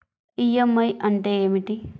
EMI అంటే ఏమిటి?